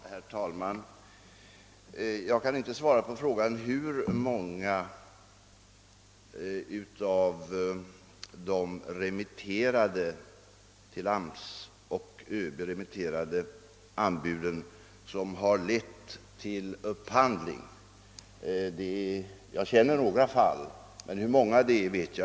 Herr talman! Jag kan inte svara på frågan om hur många av de till arbetsmarknadsstyrelsen och ÖB remitterade anbuden som lett till upphandling. Jag känner till några fall men vet alltså inte hur många det rör sig om.